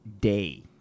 day